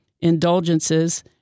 indulgences